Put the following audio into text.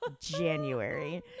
January